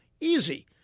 Easy